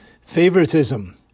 favoritism